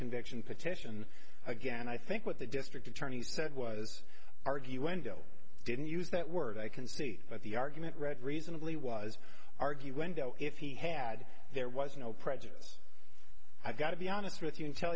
conviction petition again i think what the district attorney said was argue wendel didn't use that word i can see that the argument read reasonably was argued window if he had there was no prejudice i've got to be honest with you and tell